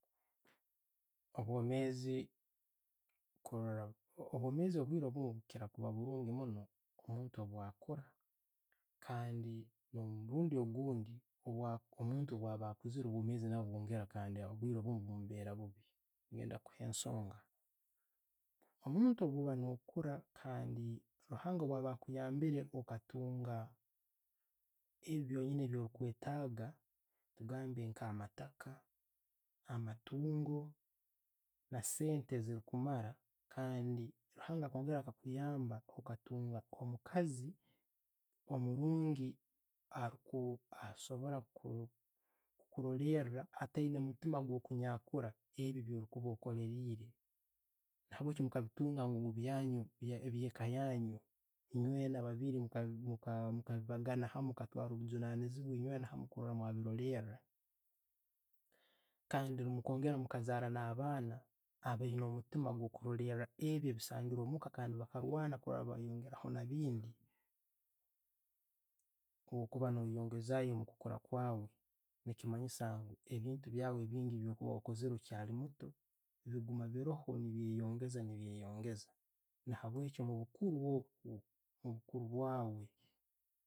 Obwomezi, kurora, obwomezi obwiire bwingi bukiira kuba burungi munno, omuntu bwakuura, kandi no'mubuntu ogundi, omuntu bwakura kandi omubwire omubuumu bumubeera bubi. Ngenda kuha e'nsonga, omuntu bwaba no'kura kandi ruhanga bwa'ba akuyambire okatunga ebyo byonyiini byorikwetaaga nkugambe nka amaataka, amatuungo, ne sente ezirikumara. Kandi ruhanga akongera akakuyamba okatunga omukazi omurungi hasabora kuroreila atayina mutiima ebyo'kuyankula ebyo byokaba'okololiire, nabweeki mukabintunga ngu byanju bye'mu eka yanyu enywiina babiiri, mubagana hamu, enywiina mutwara obuvaniizibwa, enjweena kuba hamu mwabirolera kandi mukongera mukazaala na'abaana abaiyiina omuttima gwo'kurorela ebyo'ebisangirwe omuka kandi ba'kulwana kurola bayongeraho na'bingi kuba noyongezayo mukukora kwaawe nichimanyisa ebintu ebindi byewakozere no'kyali muto nebi guma birroho ne byeyongeza, nebyongeeza. Na'habweki, mubukuuru obwo, omubukuuru bwaawe.